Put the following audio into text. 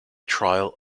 trial